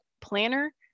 planner